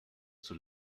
zur